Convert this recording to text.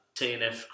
TNF